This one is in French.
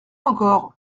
encore